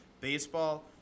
baseball